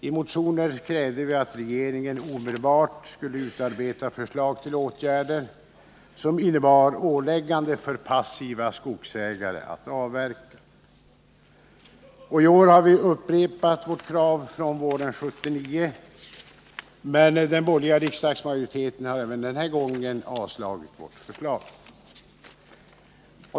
I motioner krävde vi att regeringen omedelbart skulle utarbeta förslag till åtgärder som innebar ålägganden för passiva skogsägare att avverka. I år har vi upprepat vårt krav från våren 1979, men den borgerliga riksdagsmajoriteten har även denna gång avstyrkt vårt förslag.